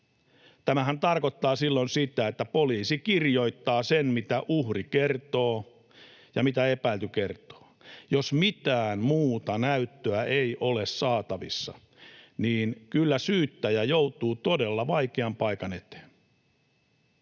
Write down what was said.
Tämähän tarkoittaa silloin sitä, että poliisi kirjoittaa sen, mitä uhri kertoo ja mitä epäilty kertoo. Jos mitään muuta näyttöä ei ole saatavissa, niin kyllä syyttäjä joutuu todella vaikean paikan eteen.